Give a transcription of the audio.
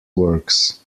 works